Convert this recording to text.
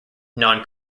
non